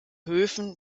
höfen